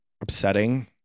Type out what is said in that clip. upsetting